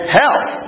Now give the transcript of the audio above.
health